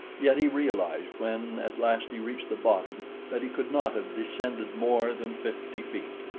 yet he realized when at last he reached the bottom that he could not have descended more than fifty feet.